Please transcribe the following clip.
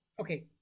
Okay